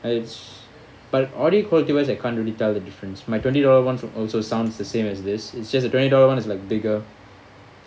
and it's but audio quality wise I can't really tell the difference my twenty dollar one from also sounds the same as this is just a twenty dollar one is like bigger